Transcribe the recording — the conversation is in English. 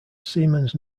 siemens